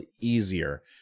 easier